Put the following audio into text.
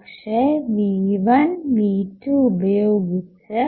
പക്ഷേ V1 V2 ഉപയോഗിച്ച്